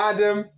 Adam